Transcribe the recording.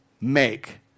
make